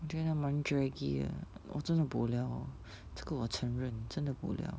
我觉得蛮 draggy 的我真的 bo liao hor 这个我承认真的 bo liao